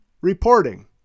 reporting